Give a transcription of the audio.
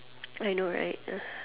I know right uh